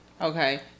Okay